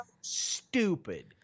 stupid